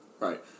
Right